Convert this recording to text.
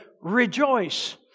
rejoice